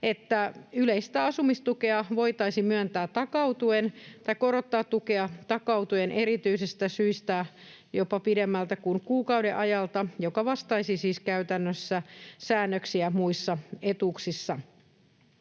yleistä asumistukea voitaisiin myöntää takautuen tai korottaa tukea takautuen erityisistä syistä jopa pidemmältä kuin kuukauden ajalta, mikä vastaisi siis käytännössä säännöksiä muissa etuuksissa.